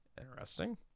Interesting